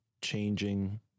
changing